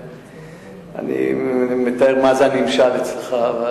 אני מתאר לי מה זה הנמשל אצלך.